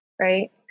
right